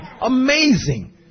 Amazing